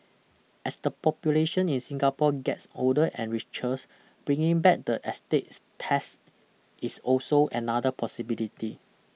as the population in Singapore gets older and richer bringing back the estate tax is also another possibility